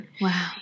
wow